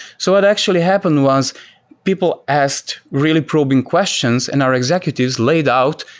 so what actually happened was people asked really probing questions and are executives laid out,